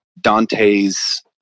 Dante's